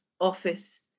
office